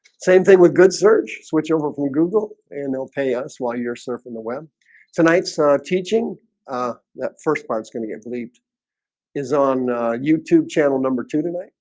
same thing with good search switch over from google and they'll pay us while you're surfing the web tonight's ah teaching that first part is going to get bleeped is on youtube channel number two tonight